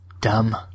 Dumb